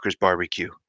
barbecue